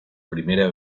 primera